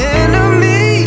enemy